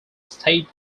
state